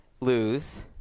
lose